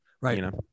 Right